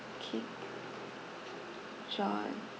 okay john